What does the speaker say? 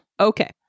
Okay